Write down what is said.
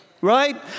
right